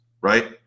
right